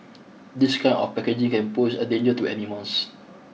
this kind of packaging can pose a danger to animals